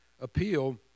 appeal